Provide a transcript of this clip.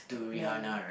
man